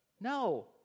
No